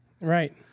Right